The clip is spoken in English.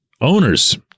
owner's